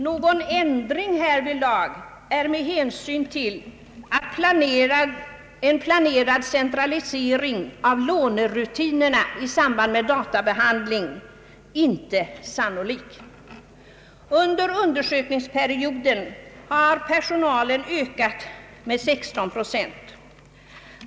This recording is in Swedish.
Någon ändring härvidlag är med hänsyn till en planerad centralisering av lånerutinerna i samband med databehandling inte sannolik. Under undersökningsperioden har personalen ökats med 16 procent.